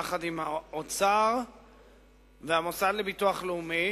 יחד עם האוצר והמוסד לביטוח לאומי.